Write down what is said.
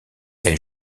elle